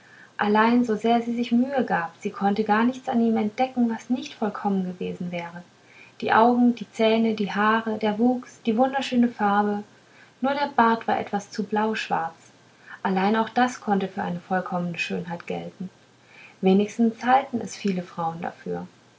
allein so sehr sie sich mühe gab sie konnte nichts an ihm entdecken was nicht vollkommen gewesen wäre die augen die zähne die haare der wuchs die wunderschöne farbe nur der bart war etwas zu blauschwarz allein auch das konnte für eine vollkommene schönheit gelten wenigstens halten es viele frauen dafür